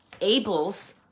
Abel's